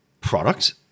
product